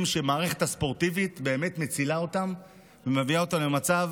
שהמערכת הספורטיבית באמת מצילה אותם ומביאה אותם למצב